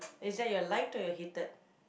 is that your like or your hated